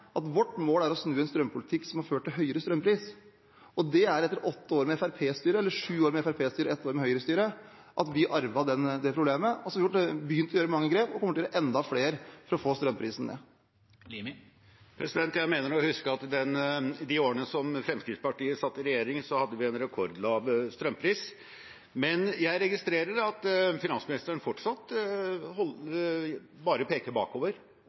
at vårt mål er å snu en strømpolitikk som har ført til høyere strømpris, og det er etter åtte år med FrP-styre, eller sju år med FrP-styre og ett år med Høyre-styre, at vi arvet det problemet. Så har vi begynt å gjøre mange grep og kommer til å gjøre enda flere for å få strømprisen ned. Det åpnes for oppfølgingsspørsmål – først Hans Andreas Limi. Jeg mener å huske at i de årene som Fremskrittspartiet satt i regjering, hadde vi en rekordlav strømpris. Men jeg registrerer at finansministeren fortsatt bare peker bakover.